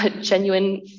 genuine